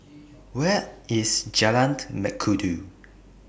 Where IS Jalan Mengkudu